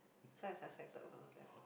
so I suspected both of them